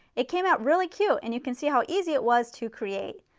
it came out really cute and you can see how easy it was to create.